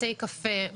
בתי קפה,